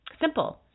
simple